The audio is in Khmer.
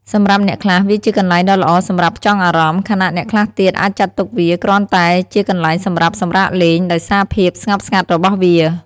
សម្រាប់អ្នកខ្លះ វាជាកន្លែងដ៏ល្អសម្រាប់ ផ្ចង់អារម្មណ៍ ខណៈអ្នកខ្លះទៀតអាចចាត់ទុកវាគ្រាន់តែជាកន្លែងសម្រាប់ សម្រាកលេង ដោយសារភាពស្ងប់ស្ងាត់របស់វា។